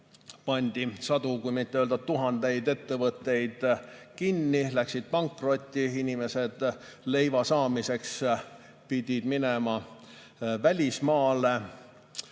pandi sadu, et mitte öelda tuhandeid ettevõtteid kinni, need läksid pankrotti ja inimesed pidid leiva saamiseks minema välismaale.